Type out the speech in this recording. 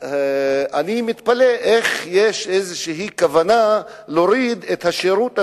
אני מתפלא איך יש איזו כוונה להוריד את השירות הזה,